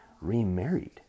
remarried